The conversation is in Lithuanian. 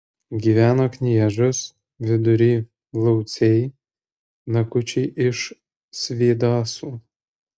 gyveno kniežos vidury lauciai nakučiai iš svėdasų